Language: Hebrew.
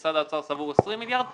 משרד האוצר סבור 20 מיליארד וכן,